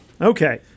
Okay